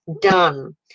done